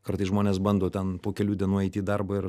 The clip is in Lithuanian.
kartais žmonės bando ten po kelių dienų eit į darbą ir